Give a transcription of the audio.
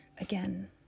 again